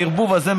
הערבוב הזה,